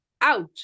out